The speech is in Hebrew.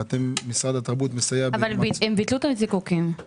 ואתם משרד התרבות מסייע --- אבל הם ביטלו את הזיקוקים,